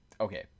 okay